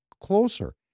closer